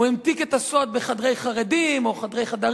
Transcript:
הוא המתיק את הסוד ב"חדרי חרדים" או חדרי חדרים.